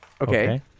Okay